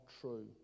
true